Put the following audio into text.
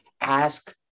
ask